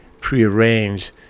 prearranged